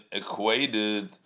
equated